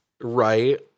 right